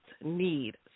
need